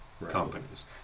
companies